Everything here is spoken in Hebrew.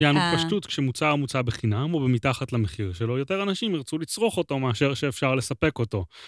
יענו, פשטות - כשמוצר מוצא בחינם או במתחת למחיר שלו, יותר אנשים ירצו לצרוך אותו מאשר שאפשר לספק אותו.